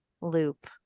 loop